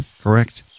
correct